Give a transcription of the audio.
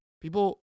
People